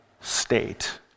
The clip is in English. state